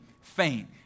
faint